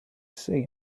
see